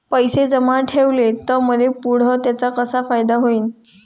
पैसे जमा ठेवले त मले पुढं त्याचा कसा फायदा होईन?